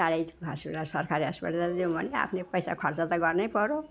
टाढै हस्पिटल सरखारी हस्पिटल जाऔँ भन्दा आफ्नै पैसा खर्च त गर्नै पऱ्यो